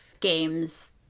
games